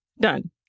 Done